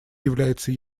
является